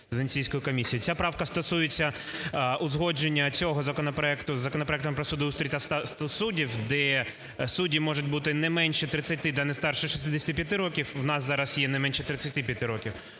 Ця правка стосується узгодження цього законопроекту з законопроектом про судоустрій та статус суддів, де судді можуть бути не менше 30 і не старше 65 років, у нас зараз є не менше 35 років.